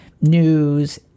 news